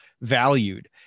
valued